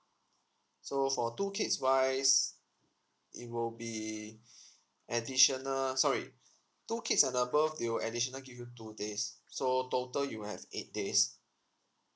so for two kids wise it will be additional sorry two kids and above they will additional give you two days so total you have eight days